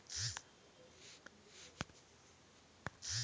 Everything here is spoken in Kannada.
ಪ್ರಧಾನಮಂತ್ರಿ ಅವಾಜ್ ಯೋಜನೆ ಬಡವರಿಗೆ ಆಶ್ರಯ ಮನೆ ಕಲ್ಪಿಸುವ ಯೋಜನೆಯಾಗಿದೆ